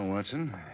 Watson